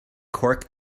cork